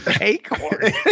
Acorn